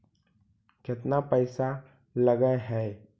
केतना पैसा लगय है?